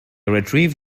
retrieved